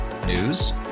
News